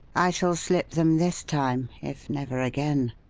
i shall slip them this time if never again.